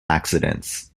accidents